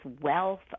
wealth